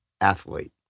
athlete